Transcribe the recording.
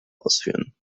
ausführen